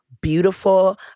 beautiful